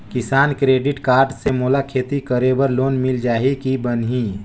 किसान credit card से मोला खेती करे बर लोन मिल जाहि की बनही??